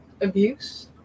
abuse